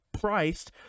priced